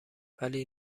ولی